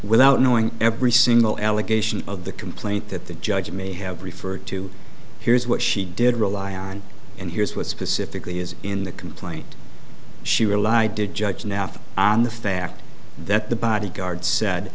without knowing every single allegation of the complaint that the judge may have referred to here's what she did rely on and here's what specifically is in the complaint she relied to judge nothing on the fact that the bodyguard said